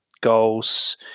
goals